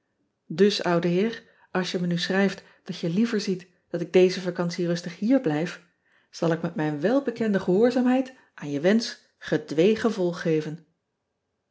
us oude heer als je me nu schrijft dat je liever ziet dat ik deze vacantie rustig hier blijf zal ik met mijn welbekende gehoorzaamheid aan je wensch gedwee gevolg geven